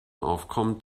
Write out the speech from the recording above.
aufkommt